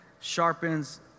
sharpens